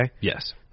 Yes